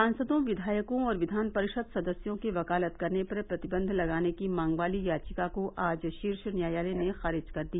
सांसदों विघायकों और कियान परिषद सदस्यों के वकालत करने पर प्रतिबंध लगाने की मांग वाली याचिका को आज शीर्ष न्यायालय ने खारिज कर दिया